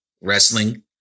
Wrestling